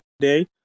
today